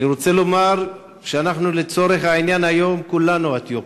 אני רוצה לומר שאנחנו לצורך העניין היום כולנו אתיופים.